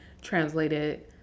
translated